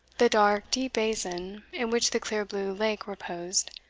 the dark, deep basin, in which the clear blue lake reposed,